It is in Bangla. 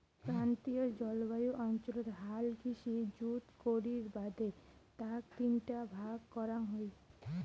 ক্রান্তীয় জলবায়ু অঞ্চলত হাল কৃষি জুত করির বাদে তাক তিনটা ভাগ করাং হই